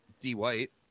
D-White